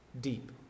deep